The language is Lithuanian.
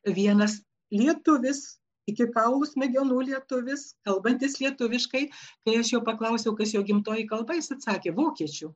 vienas lietuvis iki kaulų smegenų lietuvis kalbantis lietuviškai kai aš jo paklausiau kas jo gimtoji kalba jis atsakė vokiečių